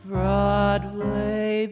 Broadway